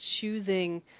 choosing